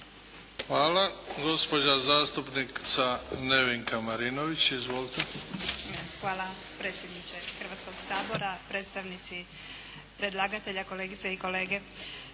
Hvala. Gospođa zastupnica Nevenka Marinović. Izvolite. **Marinović, Nevenka (HDZ)** Hvala. Predsjedniče Hrvatskoga sabora, predstavnici predlagatelja, kolegice i kolege.